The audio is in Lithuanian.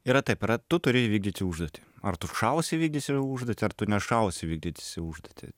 yra taip yra tu turi įvykdyti užduotį ar tu šausi įvykdysi užduotį ar tu nešausi įvykdysi užduotį